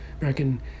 american